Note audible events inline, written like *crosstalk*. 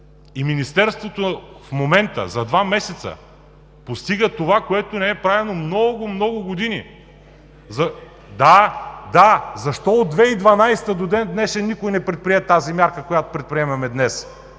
И Министерството в момента за два месеца постига това, което не е правено много, много години *noise* Да, да защо от 2012 г. до ден-днешен никой не предприе тази мярка, която предприемаме днес?